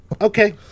Okay